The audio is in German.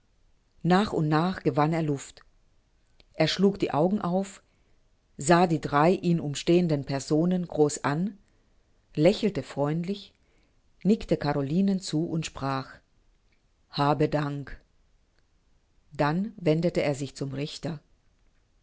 nach und nach gewann er luft er schlug die augen auf sah die drei ihn umstehenden personen groß an lächelte freundlich nickte carolinen zu und sprach habe dank dann wendete er sich zum richter